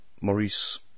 Maurice